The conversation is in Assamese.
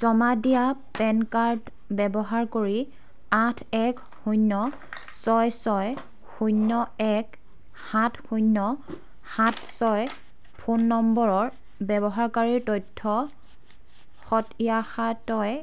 জমা দিয়া পেন কাৰ্ড ব্যৱহাৰ কৰি আঠ এক শূন্য় ছয় ছয় শূন্য় এক সাত শূন্য় সাত ছয় ফোন নম্বৰৰ ব্যৱহাৰকাৰীৰ তথ্যৰ সত্য়াসত্য়